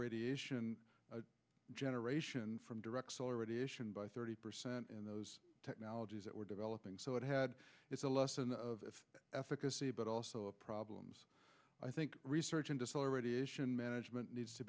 radiation generation from direct solar radiation by thirty percent and those technologies that were developing so it had it's a lesson of efficacy but also a problems i think research into solar radiation management needs to